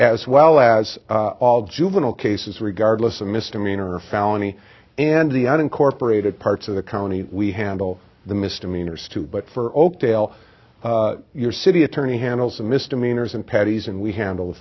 as well as all juvenile cases regardless of misdemeanor or felony and the unincorporated parts of the county we handle the misdemeanors to but for oakdale your city attorney handles misdemeanors and patti's and we handle